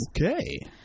okay